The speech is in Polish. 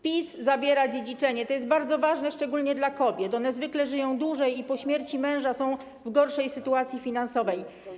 PiS zabiera dziedzicznie, to jest bardzo ważne szczególnie dla kobiet, one zwykle żyją dłużej i po śmierci męża są w gorszej sytuacji finansowej.